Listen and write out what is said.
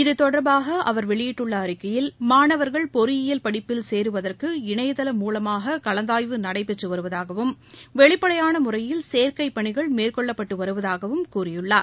இது தொடர்பாக அவர் இன்று வெளியிட்டுள்ள அறிக்கையில் மாணவர்கள் பொறியியல் படிப்பில் சேருவதற்கு இணையதளம் மூலமாக கலந்தாய்வு நடைபெற்று வருவதாகவும் வெளிப்படையான முறையில் சேர்க்கை பணிகள் மேற்கொள்ளப்பட்டு வருவதாகவும் கூறியுள்ளார்